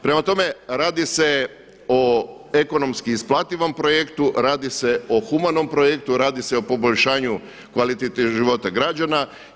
Prema tome radi se o ekonomski isplativom projektu, radi se o humanom projektu, radi se o poboljšanju kvalitete života građana.